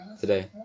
Today